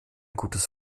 gutes